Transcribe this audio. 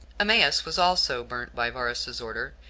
emmaus was also burnt by varus's order,